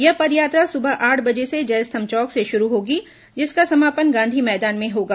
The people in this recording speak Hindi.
यह पदयात्रा सुबह आठ बजे जयस्तंभ चौक से शुरू होगी जिसका समापन गांधी मैदान में होगा